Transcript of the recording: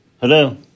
Hello